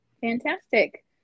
fantastic